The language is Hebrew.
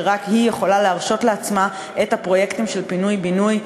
שרק היא יכולה להרשות לעצמה את הפרויקטים של פינוי-בינוי,